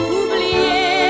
oublié